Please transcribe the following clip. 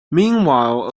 meanwhile